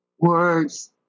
words